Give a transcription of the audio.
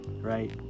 right